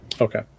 okay